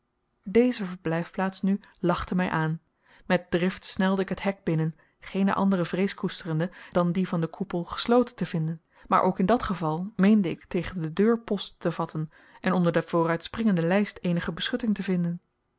deze verblijfplaats nu lachte mij aan met drift snelde ik het hek binnen geene andere vrees koesterende dan die van den koepel gesloten te vinden maar ook in dat geval meende ik tegen de deur post te vatten en onder de vooruitspringende lijst eenige beschutting te vinden